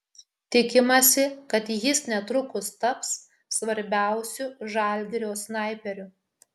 tikimasi kad jis netrukus taps svarbiausiu žalgirio snaiperiu